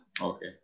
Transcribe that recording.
okay